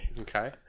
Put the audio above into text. Okay